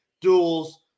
duels